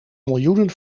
miljoenen